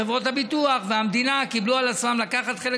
חברות הביטוח והמדינה קיבלו על עצמם לקחת חלק